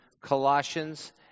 Colossians